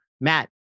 Matt